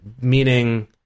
meaning